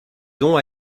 dons